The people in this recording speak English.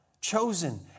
chosen